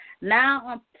Now